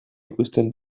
ikusten